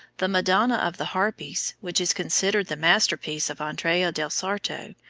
the madonna of the harpies, which is considered the masterpiece of andrea del sarto,